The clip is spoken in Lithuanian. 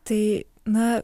tai na